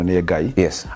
Yes